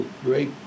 great